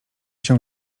się